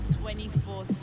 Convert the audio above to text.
24